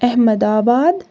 احمد آباد